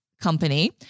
company